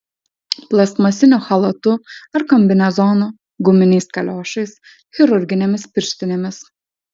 plastmasiniu chalatu ar kombinezonu guminiais kaliošais chirurginėmis pirštinėmis